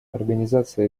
организация